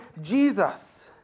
Jesus